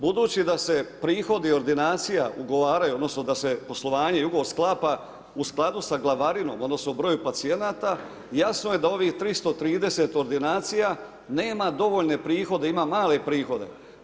Budući da se prihodi ordinacija ugovaraju, odnosno da se poslovanje i ugovor sklapa u skladu sa glavarinom, odnosno broju pacijenata, jasno je da ovih 330 ordinacija nema dovoljne prihode, ima male prihode.